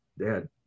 dad